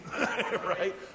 right